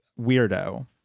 weirdo